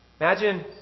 Imagine